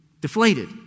deflated